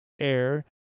air